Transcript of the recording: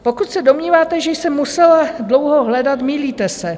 Pokud se domníváte, že jsem musela dlouho hledat, mýlíte se.